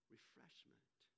Refreshment